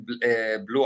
blue